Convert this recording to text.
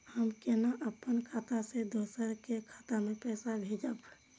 हम केना अपन खाता से दोसर के खाता में पैसा भेजब?